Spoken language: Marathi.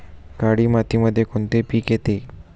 काळी मातीमध्ये कोणते पिके येते?